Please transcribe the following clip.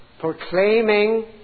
proclaiming